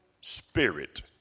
spirit